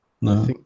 No